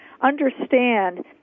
understand